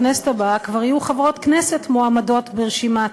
בכנסת הבאה כבר יהיו חברות כנסת מועמדות ברשימה